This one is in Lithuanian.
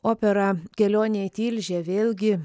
opera kelionė į tilžę vėlgi